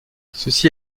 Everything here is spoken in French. ceci